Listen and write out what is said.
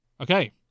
Okay